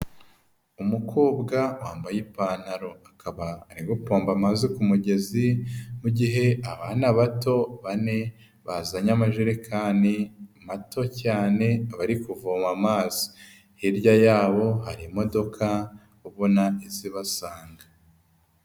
Umukobwa wambaye ipantaro. Akaba ari gupomba amazi ku mugezi mu gihe abana bato bane bazanye amajerekani mato cyane bari kuvoma amazi. Hirya yabo hari imodoka ubona iza ibasanga.